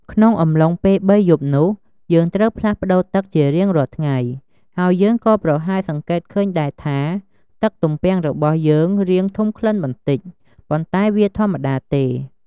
ក្នុងអំឡុងពេល៣យប់នោះ យើងត្រូវផ្លាស់ប្តូរទឹកជារៀងរាល់ថ្ងៃ ហើយយើងក៏ប្រហែលសង្កេតឃើញដែរថា ទឹកទំពាំងរបស់យើងរាងធំក្លិនបន្តិច ប៉ុន្តែវាធម្មតាទេ។